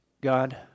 God